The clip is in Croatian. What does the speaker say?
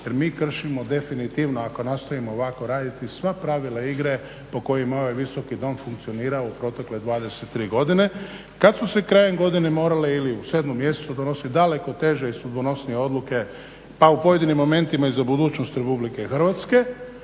jer mi kršimo definitivno ako nastavimo ovako raditi sva pravila igre po kojima je ovaj Visoki dom funkcionirao u protekle 23 godine. Kad su se krajem godine morale ili u 7. mjesecu donosit daleko teže i sudbonosnije odluke pa u pojedinim momentima i za budućnost Republike Hrvatske